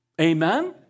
Amen